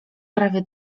prawie